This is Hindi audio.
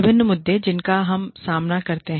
विभिन्न मुद्दे जिनका हम सामना करते हैं